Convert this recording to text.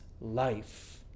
life